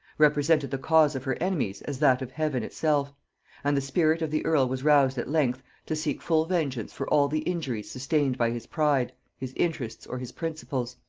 represented the cause of her enemies as that of heaven itself and the spirit of the earl was roused at length to seek full vengeance for all the injuries sustained by his pride, his interests, or his principles.